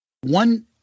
one